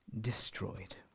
destroyed